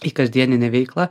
į kasdieninę veiklą